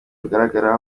rugaragara